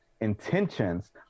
intentions